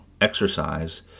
exercise